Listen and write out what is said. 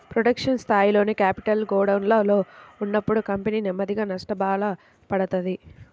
production స్థాయిలోనే capital గోడౌన్లలో ఉన్నప్పుడు కంపెనీ నెమ్మదిగా నష్టాలబాట పడతది